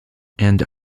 and